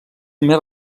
més